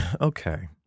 Okay